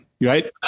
right